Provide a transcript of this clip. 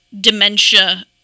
Dementia